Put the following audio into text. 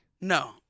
No